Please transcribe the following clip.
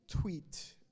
tweet